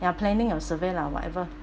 we are planning on survey lah whatever